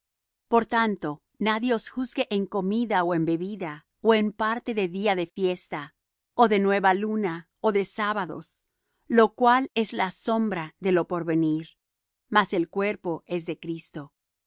por tanto nadie os juzgue en comida ó en bebida ó en parte de día de fiesta ó de nueva luna ó de sábados lo cual es la sombra de lo por venir mas el cuerpo es de cristo